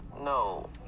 no